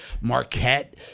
Marquette